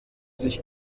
sich